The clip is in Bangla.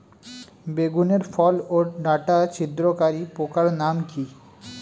বেগুনের ফল ওর ডাটা ছিদ্রকারী পোকার নাম কি?